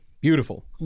Beautiful